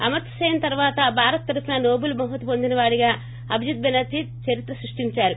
అమర్ద్వాసేన్ తర్వాత భారత్ తరపున నోబెల్ పొందిన వాడిగా అభిజిత్ బెనర్దీ చరిత్ర సృష్టించారు